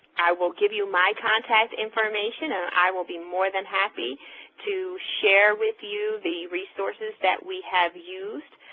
i will give you my contact information and i will be more than happy to share with you the resources that we have used.